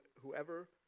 whoever